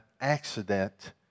accident